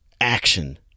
Action